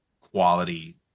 quality